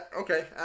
okay